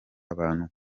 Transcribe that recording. abantu